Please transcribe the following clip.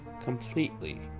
completely